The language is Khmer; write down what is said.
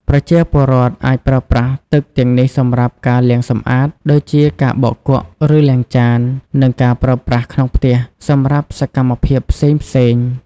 ប្រជាពលរដ្ឋអាចប្រើប្រាស់ទឹកទាំងនេះសម្រាប់ ការលាងសម្អាត ដូចជាការបោកគក់ ឬលាងចាន និងការប្រើប្រាស់ក្នុងផ្ទះ សម្រាប់សកម្មភាពផ្សេងៗ។